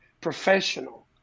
professional